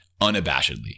unabashedly